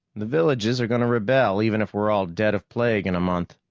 the villages are going to rebel, even if we're all dead of plague in a month.